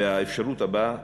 האפשרות הבאה,